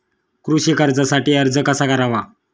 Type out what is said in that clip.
कृषी कर्जासाठी अर्ज कसा करावा?